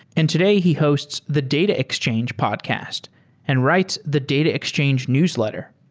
and today he hosts the data exchange podcast and writes the data exchange newsletter.